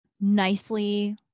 nicely